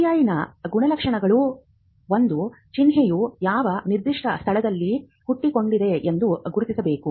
ಜಿಐನ ಗುಣಲಕ್ಷಣಗಳು ಒಂದು ಚಿಹ್ನೆಯು ಯಾವ ನಿರ್ದಿಷ್ಟ ಸ್ಥಳದಲ್ಲಿ ಹುಟ್ಟಿಕೊಂಡಿದೆ ಎಂದು ಗುರುತಿಸಬೇಕು